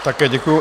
Také děkuju.